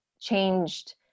changed